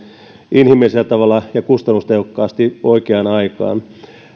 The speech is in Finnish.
inhimillisellä tavalla ja kustannustehokkaasti oikeaan aikaan